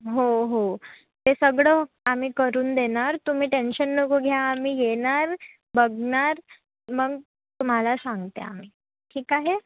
हो हो ते सगळं आम्ही करून देणार तुम्ही टेन्शन नको घ्या आम्ही येणार बघणार मग तुम्हाला सांगते आम्ही ठीक आहे